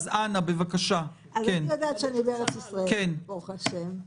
אני יודעת שאני בארץ-ישראל, ברוך השם.